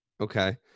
Okay